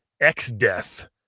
X-Death